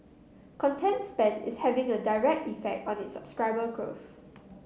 content spend is having a direct effect on its subscriber growth